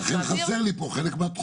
אז לכן חסר לי פה חלק מהתחומים.